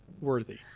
worthy